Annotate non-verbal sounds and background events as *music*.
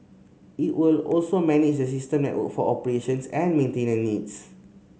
it will also manage the system *unintelligible* for operations and maintenance needs